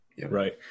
Right